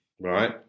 Right